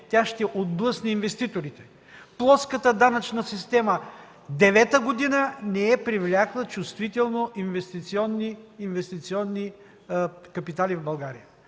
тя ще отблъсне инвеститорите. Плоската данъчна система девета година не е привлякла чувствително инвестиционни капитали в България.